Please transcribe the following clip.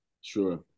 Sure